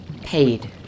paid